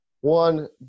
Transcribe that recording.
one